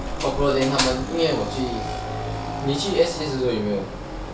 corporal then 他们因为我去你去 yin wei wo qu ni qu S_C_S 的时候有没有